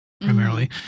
Primarily